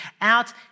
out